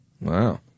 wow